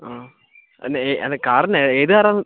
അ അല്ല കാറ് തന്നെ ഏത് കാറാ അത്